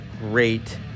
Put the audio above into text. great